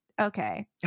Okay